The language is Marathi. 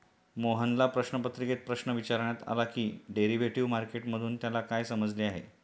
मोहनला प्रश्नपत्रिकेत प्रश्न विचारण्यात आला की डेरिव्हेटिव्ह मार्केट मधून त्याला काय समजले आहे?